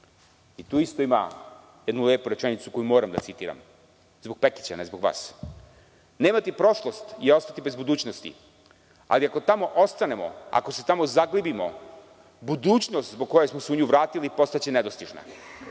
i tu ima isto jednu lepu rečenicu koju moram da citiram, zbog Pekića, a ne zbog vas. „Nemati prošlost je ostati bez budućnosti, ali ako tamo ostanemo, ako se tamo zaglibimo, budućnost zbog koje smo se u nju vratili postaće nedostižna,